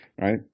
right